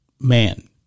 Man